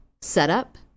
setup